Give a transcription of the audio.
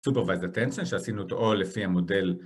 Supervised Attention שעשינו אותו או לפי המודל